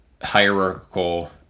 hierarchical